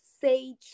say